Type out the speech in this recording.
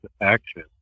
action